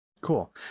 Cool